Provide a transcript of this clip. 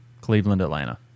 Cleveland-Atlanta